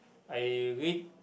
I read